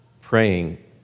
praying